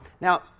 Now